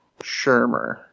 Shermer